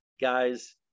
Guys